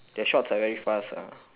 their shots are very fast ah